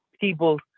people